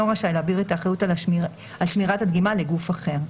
רשאי להעביר את האחריות על שמירת הדגימה לגוף אחר."